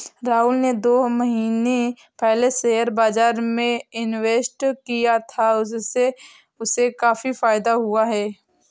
राहुल ने दो महीने पहले शेयर बाजार में इन्वेस्ट किया था, उससे उसे काफी फायदा हुआ है